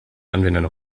anwender